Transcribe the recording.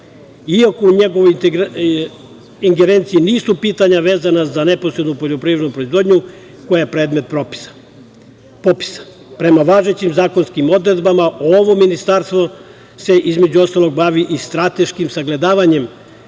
iako u njegovoj ingerenciji nisu pitanja vezana za neposrednu poljoprivrednu proizvodnju koja je predmet popisa. Prema važećim zakonskim odredbama, ovo ministarstvo se, između ostalog, bavi i strateškim sagledavanjem